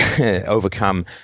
overcome